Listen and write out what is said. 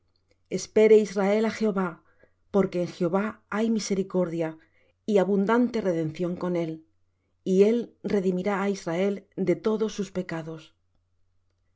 espere israel á jehová porque en jehová hay misericordia y abundante redención con él y él redimirá á israel de todos sus pecados